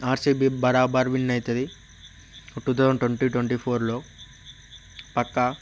RCB బరాబర్ win అవుతుంది two thousand twenty twenty ఫోర్లో పక్కా